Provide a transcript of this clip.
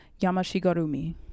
Yamashigarumi